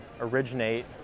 originate